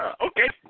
Okay